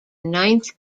ninth